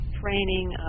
training